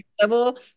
level